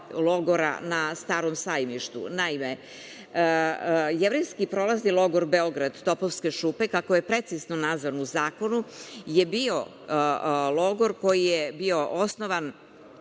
logora na „Starom sajmištu“.Naime, Jevrejski prolazni logor Beograd - Topovske šupe, kako je precizno nazvan u zakonu, je bio logor koji je bio osnovan